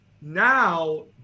Now